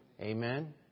Amen